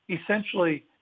Essentially